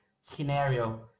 scenario